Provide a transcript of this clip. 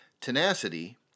tenacity